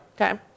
Okay